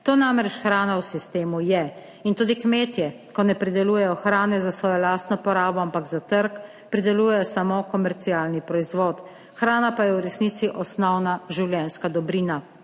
To namreč hrana v sistemu je. In tudi kmetje, ko ne pridelujejo hrane za svojo lastno porabo, ampak za trg, pridelujejo samo komercialni proizvod. Hrana pa je v resnici osnovna življenjska dobrina,